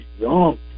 young